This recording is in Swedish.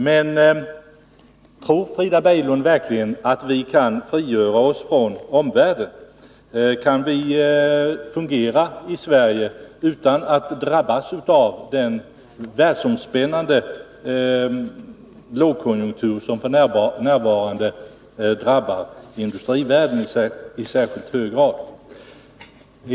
Men tror Frida Berglund verkligen att vi kan frigöra oss från omvärlden? Kan vi fungera i Sverige utan att drabbas av den världsomspännande lågkonjunktur som f.n. drabbar industrivärlden i särskilt hög grad?